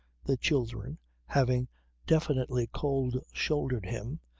the children having definitely cold-shouldered him,